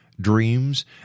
dreams